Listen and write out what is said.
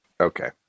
okay